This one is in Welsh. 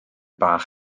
bach